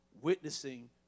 witnessing